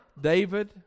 David